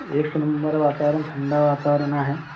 एक नंबर वातावरण थंड वातावरण आहे